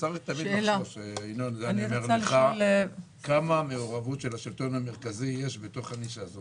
צריך תמיד לחשוב כמה מעורבות של השלטון המרכזי יש בתוך הנישה הזו,